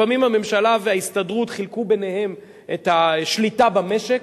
לפעמים הממשלה וההסתדרות חילקו ביניהן את השליטה במשק.